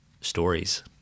stories